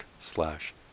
slash